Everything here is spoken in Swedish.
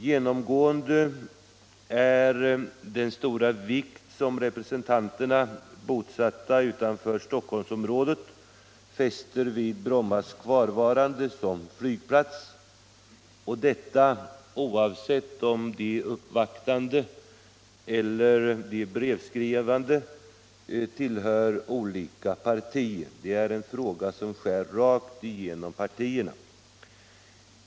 Genomgående är den stora vikt som representanter bosatta utanför Stockholmsområdet fäster vid Brommas kvarvarande som flygplats, detta oavsett vad de uppvaktande eller brevskrivande tillhör för parti. Det är en fråga som skär rakt igenom partierna.